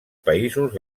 països